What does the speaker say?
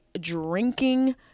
drinking